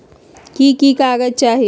की की कागज़ात चाही?